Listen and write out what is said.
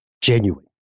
genuine